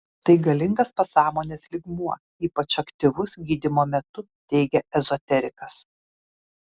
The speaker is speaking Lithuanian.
tai galingas pasąmonės lygmuo ypač aktyvus gydymo metu teigia ezoterikas